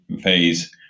phase